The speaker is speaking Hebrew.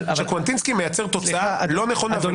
קוונטינסקי מייצר תוצאה לא נכונה ולא טובה.